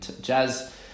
Jazz